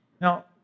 Now